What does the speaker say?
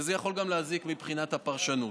וזה יכול גם להזיק מבחינת הפרשנות.